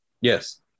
yes